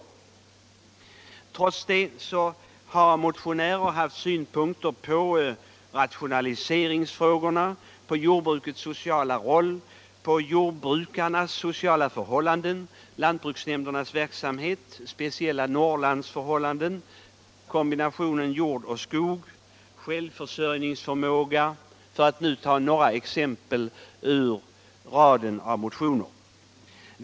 Trots detta har motionärer haft synpunkter på rationaliseringsfrågorna, jordbrukets sociala roll, jordbrukarnas sociala förhållanden, lantbruksnämndernas verksamhet, speciella Norrlandsförhållanden, kombinationen jord och skog samt självförsörjningsförmågan — för att här bara ta några exempel ur den långa raden av motioner.